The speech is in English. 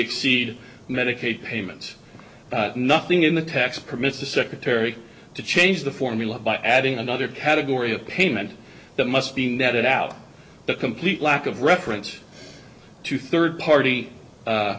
exceed medicaid payments nothing in the tax permits the secretary to change the formula by adding another category of payment that must being that it out that complete lack of reference to third party